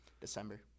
December